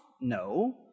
No